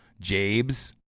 Jabe's